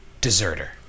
Deserter